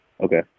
okay